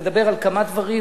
לדבר על כמה דברים,